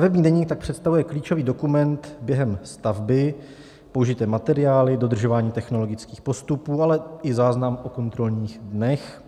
Stavební deník tak představuje klíčový dokument během stavby: použité materiály, dodržování technologických postupů, ale i záznam o kontrolních dnech,